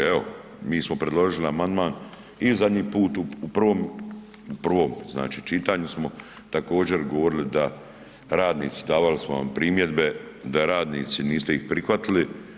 Evo, mi smo predložili amandman i zadnji put u prvom znači čitanju smo također, govorili da radnici, davali smo vam primjedbe da radnici, niste ih prihvatili.